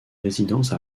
résidence